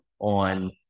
on